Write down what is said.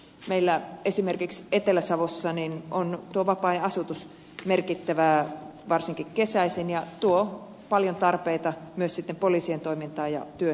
meillä esimerkiksi etelä savossa tuo vapaa ajan asutus on merkittävää varsinkin kesäisin ja tuo paljon tarpeita myös poliisien toimintaan ja työn suunnitteluun